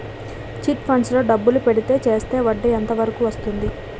Chit funds లో డబ్బులు పెడితే చేస్తే వడ్డీ ఎంత వరకు వస్తుంది?